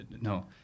No